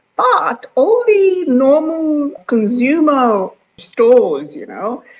but all the normal consumer stores, you know,